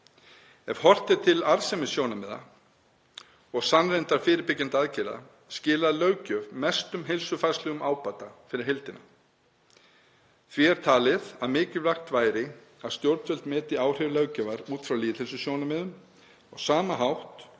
Ef horft er til arðsemissjónarmiða og sannreyndra fyrirbyggjandi aðgerða skilar löggjöf mestum heilsufarslegum ábata fyrir heildina. Því er talið að mikilvægt sé að stjórnvöld meti áhrif löggjafar út frá lýðheilsusjónarmiðum á sama hátt